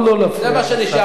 זה מה שנשאר לנו.